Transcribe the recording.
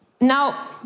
Now